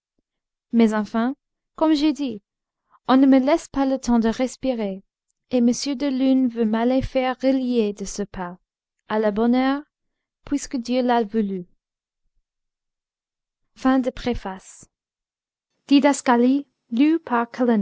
mais enfin comme j'ai dit on ne me laisse pas le temps de respirer et m de luynes veut m'aller faire relier de ce pas à la bonne heure puisque dieu l'a voulu